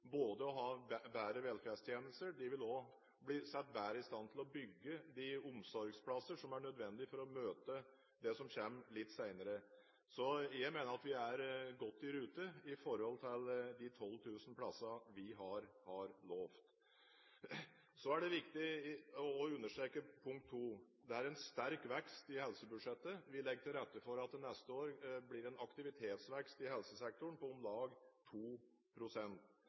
å ha bedre velferdstjenester. De vil også bli satt bedre i stand til å bygge de omsorgsplasser som er nødvendige for å møte det som kommer litt senere. Jeg mener at vi er godt i rute i forhold til de 12 000 plassene vi har lovet. Så er det viktig å understreke at det er en sterk vekst i helsebudsjettet. Vi legger til rette for at det til neste år blir en aktivitetsvekst i helsesektoren på om lag